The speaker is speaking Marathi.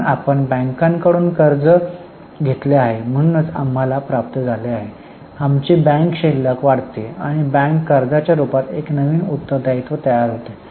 म्हणून आपण बँकांकडून कर्ज घेतले आहे म्हणून आम्हाला प्राप्त झाले आहे आमची बँक शिल्लक वाढते आणि बँक कर्जाच्या रूपात एक नवीन उत्तर दायित्व तयार होते